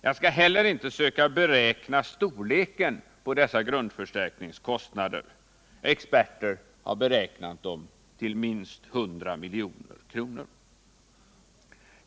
Inte heller skall jag försöka beräkna storleken av dessa grundförstärkningskostnader. Experter har beräknat dem till minst 100 milj.kr.